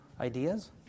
ideas